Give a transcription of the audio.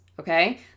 Okay